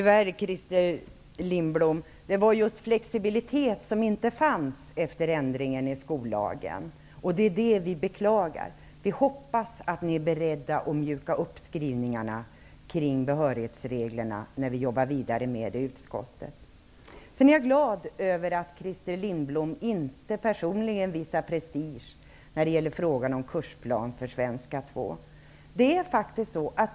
Herr talman! Tyvärr är det just flexibilitet som saknas efter ändringen i skollagen, Christer Lindblom. Det är det vi beklagar. Vi hoppas att ni är beredda att mjuka upp skrivningarna kring behörighetsreglerna när vi jobbar vidare med frågorna i utskottet. Jag är glad över att Christer Lindblom inte personligen visar prestige när det gäller frågan om kursplan för svenska 2.